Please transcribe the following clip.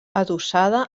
adossada